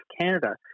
Canada